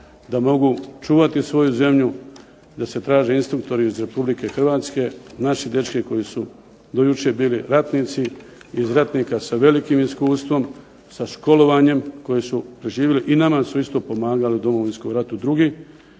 da mogu čuvati svoju zemlju, da se traže instruktori iz RH, naši dečki koji su do jučer bili ratnici, iz ratnika sa velikim iskustvom, sa školovanjem koje su preživili i nama su isto pomagali u Domovinskom ratu